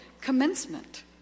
commencement